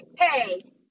hey